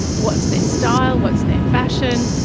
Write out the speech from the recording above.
what's their style, what's their fashion,